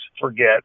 forget